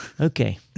Okay